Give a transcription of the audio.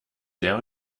sehr